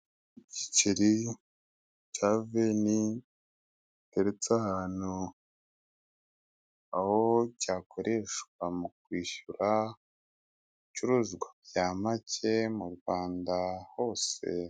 Igiceri cya veni, giteretse ahantu, aho cyakoreshwa mu kwishyura ibicuruzwa bya make mu Rwanda hose.